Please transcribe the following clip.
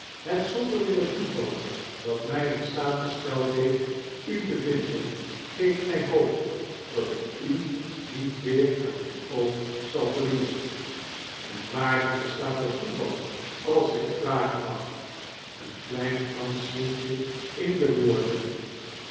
het zonderlinge toeval dat mij in staat gesteld heeft u te vinden geeft mij hoop dat ik u niet weer uit het oog zal verliezen en waarin bestaat dat toeval als ik het vragen mag een klein pransch tintje in de woorden